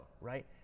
right